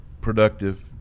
productive